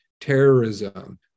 terrorism